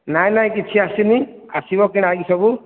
ନାଇଁ ନାଇଁ କିଛି ଆସିନି ଆସିବ କିଣା ହୋଇକି ସବୁ